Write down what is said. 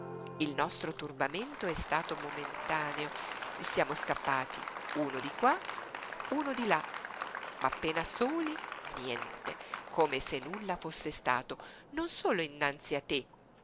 il nostro turbamento è stato momentaneo siamo scappati uno di qua uno di là ma appena soli niente come se nulla fosse stato non solo innanzi a te